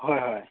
ꯍꯣꯏ ꯍꯣꯏ